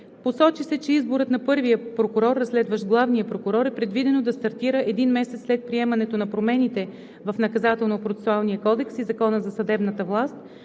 Посочи се, че изборът на първия прокурор, разследващ главния прокурор, е предвидено да стартира един месец след приемането на промените в Наказателно-процесуалния кодекс и Закона за съдебната власт,